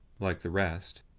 like the rest,